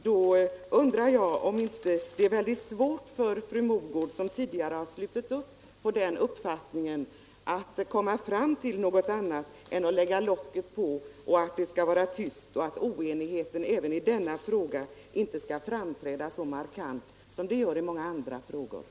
Jag undrar om det inte är väldigt svårt för fru Mogård, som tidigare har slutit upp kring den uppfattningen, att komma fram till något annat än att lägga locket på, att det skall vara tyst för att oenigheten inte heller i denna fråga skall framträda så markant som den gör i många andra sammanhang.